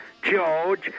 George